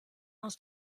aus